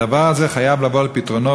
הדבר הזה חייב לבוא על פתרונו,